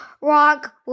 rock